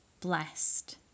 Blessed